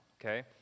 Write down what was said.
okay